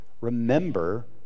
remember